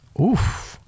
oof